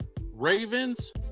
Ravens